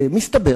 מסתבר